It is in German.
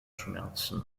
schmerzen